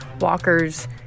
Walker's